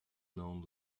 known